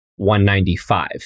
195